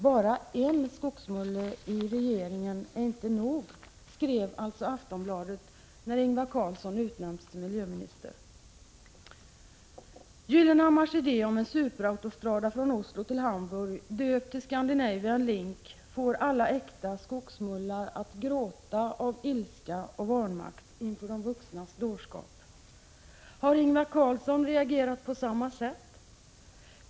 Bara en Skogsmulle i regeringen är inte nog, skrev alltså Aftonbladet när Ingvar Carlsson utnämnts till miljöminister. Gyllenhammars idé om en superautostrada från Oslo till Hamburg, döpt till Scandinavian Link, får alla äkta Skogsmullar att gråta av ilska och vanmakt inför de vuxnas dårskap. Har Ingvar Carlsson reagerat på samma sätt?